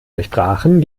durchbrachen